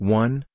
one